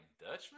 Dutchman